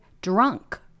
drunk